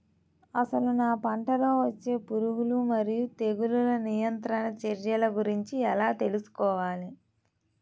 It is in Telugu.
అసలు నా పంటలో వచ్చే పురుగులు మరియు తెగులుల నియంత్రణ చర్యల గురించి ఎలా తెలుసుకోవాలి?